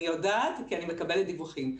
אני יודעת כי אני מקבלת דיווחים.